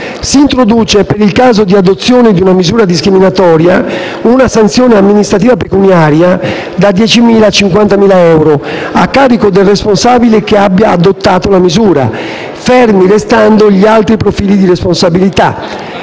Si introduce, per il caso di adozione di una misura discriminatoria, una sanzione amministrativa pecuniaria da 10.000 a 50.000 euro, a carico del responsabile che abbia adottato la misura, fermi restando gli altri profili di responsabilità